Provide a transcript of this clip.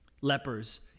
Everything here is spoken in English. Lepers